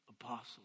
apostle